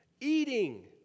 Eating